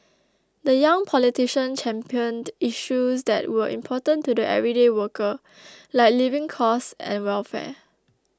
the young politician championed issues that were important to the everyday worker like living costs and welfare